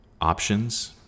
options